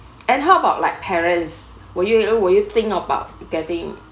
and how about like parents were you w~ were you think about getting